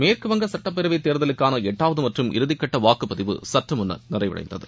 மேற்கு வங்க சட்டப்பேரவைத் தேர்தலுக்கான எட்டாவது மற்றும் இறுதிக்கட்ட வாக்குப்பதிவு சற்றுமுன்னர் நிறைடைந்தது